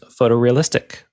photorealistic